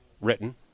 written